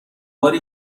باری